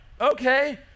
okay